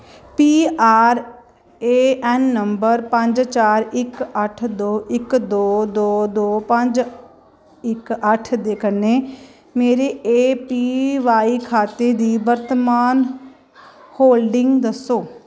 PRAN number पंज चार इक अट्ठ दो इक दो दो दो पंज इक अट्ठ दे कन्नै मेरे एपीवाई खाते दी वर्तमान होल्डिंग दस्सो